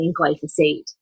glyphosate